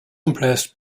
impressed